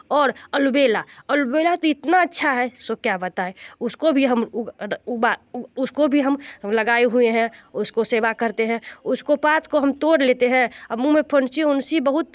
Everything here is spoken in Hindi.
और अलबेला अलबेला तो इतना अच्छा है सो क्या बताएँ उसको भी हम उसको भी हम लगाए हुए हैं उसको सेवा करते हैं उसको पात को हम तोड़ लेते हैं और मुँह में फुँसी वुन्सी बहुत